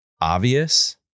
obvious